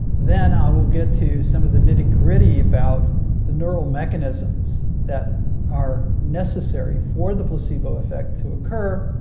then i will get to some of the nitty gritty about the neural mechanisms that are necessary for the placebo effect to occur.